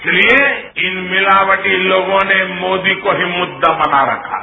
इसलिए इन मिलावटी लोगों ने मोदी को ही मुद्दा बना रखा है